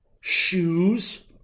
shoes